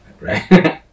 right